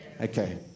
Okay